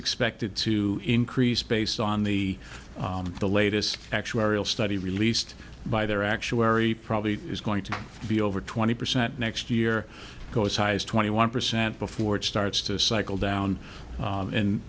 expected to increase based on the the latest actuarial study released by their actuary probably is going to be over twenty percent next year go as high as twenty one percent before it starts to cycle down